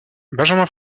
benjamin